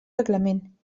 reglament